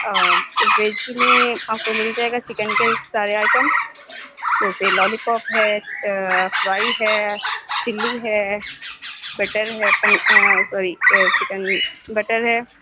veg میں آپ کو مل جائے گا چکن کے سارے آئٹم جیسے لالی پاپ ہے فرائی ہے چلی ہے بٹر ہے سوری چکن بٹر ہے